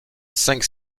cinq